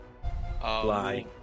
Fly